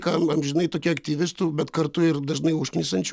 kam amžinai tokie aktyvistų bet kartu ir dažnai užknisančių